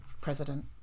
president